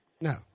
No